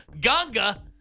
Ganga